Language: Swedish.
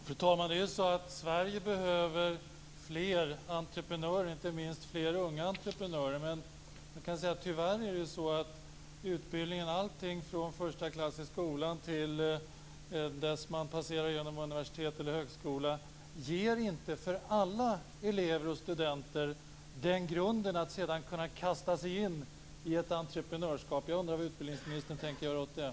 Fru talman! Sverige behöver fler entreprenörer, inte minst fler unga entreprenörer. Men tyvärr ger inte utbildningen, alltifrån första klass till universitet eller högskola, den grund som krävs för att elever och studenter skall kunna kasta sig in i ett entreprenörskap. Jag undrar vad utbildningsministern tänker göra åt detta.